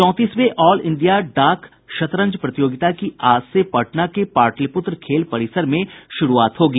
चौंतीसवें all India डाक शतरंज प्रतियोगिता की आज से पटना के पाटलिप्त्र खेल परिसर में शुरूआत होगी